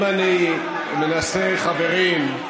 אם אני מנסה, חברים,